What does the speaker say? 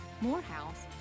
Morehouse